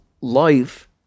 life